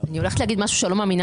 אני הולכת להגיד משהו שאני לא מאמינה